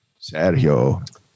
Sergio